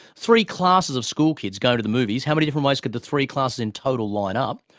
three classes of school kids go to the movies. how many different ways could the three classes in total line up?